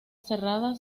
cerrada